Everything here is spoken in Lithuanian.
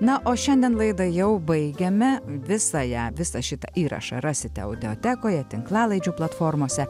na o šiandien laidą jau baigiame visą ją visą šitą įrašą rasite videotekoje tinklalaidžių platformose